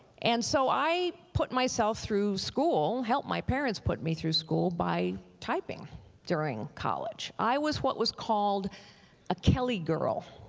and so i put myself through school, help my parents put me through school by typing during college. i was what was called a kelly girl.